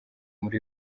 muri